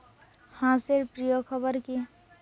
হাঁস এর প্রিয় খাবার কি?